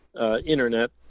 internet